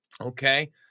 Okay